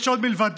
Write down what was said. יש עוד מלבדו,